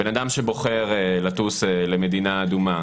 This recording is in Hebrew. אדם שבוחר לטוס למדינה אדומה